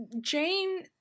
Jane